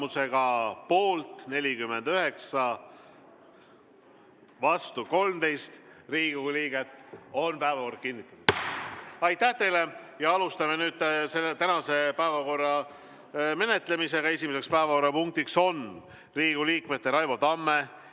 Tulemusega poolt 49, vastu 13 Riigikogu liiget on päevakord kinnitatud. Aitäh teile! Alustame nüüd tänase päevakorra menetlemist. Esimene päevakorrapunkt on Riigikogu liikmete Raivo Tamme,